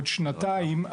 עוד שנתיים,